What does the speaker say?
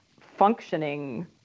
functioning